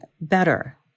better